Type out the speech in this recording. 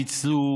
ניצלו,